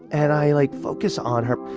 and i like focus on her,